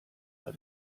war